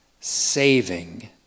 saving